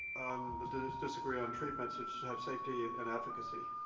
the disagree on treatments, it should have safety and efficacy.